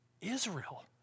Israel